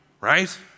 right